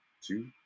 two